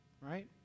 right